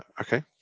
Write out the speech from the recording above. Okay